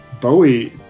Bowie